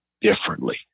differently